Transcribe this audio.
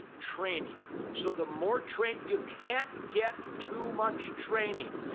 training. so the more train, you can't get too much training.